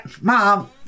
Mom